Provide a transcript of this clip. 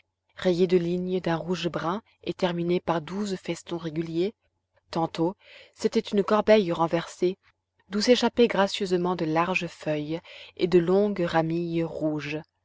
rayée de lignes d'un rouge brun et terminée par douze festons réguliers tantôt c'était une corbeille renversée d'où s'échappaient gracieusement de larges feuilles et de longues ramilles rouges